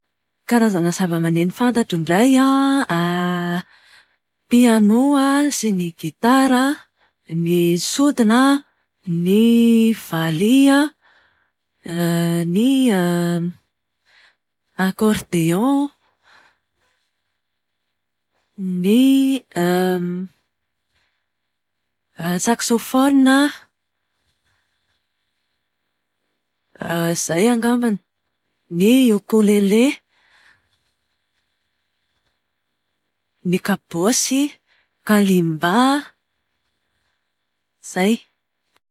Karazana zava-maneno fantatro indray an, piano a, sy ny gitara, ny sodina, ny valiha, ny akordeona, ny saksofona, izay angambany. Ny iokolele. Ny kabosy, kalimba. Izay.